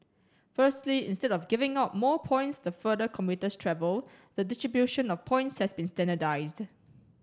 firstly instead of giving out more points the further commuters travel the distribution of points has been standardized